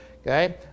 Okay